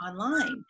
online